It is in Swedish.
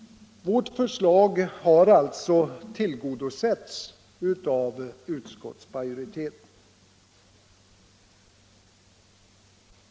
Vårt förslag har alltså tillgodosetts av utskottsmajoriteten.